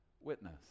witness